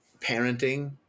parenting